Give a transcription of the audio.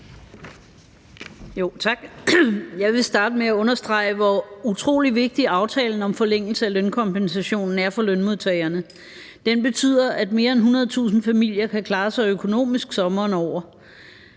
Jeg vil starte med at understrege, hvor utrolig vigtig aftalen om forlængelse af lønkompensationen er for lønmodtagerne. Den betyder, at mere end 100.000 familier kan klare sig økonomisk sommeren over,